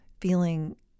feeling